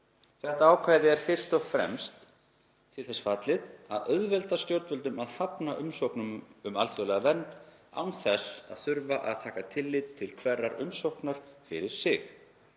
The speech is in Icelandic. Þetta ákvæði er fyrst og fremst til þess fallið að auðvelda stjórnvöldum að hafna umsóknum um alþjóðlega vernd án þess að þurfa að taka tillit til hverrar umsóknar fyrir sig.